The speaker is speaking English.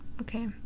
okay